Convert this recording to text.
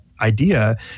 idea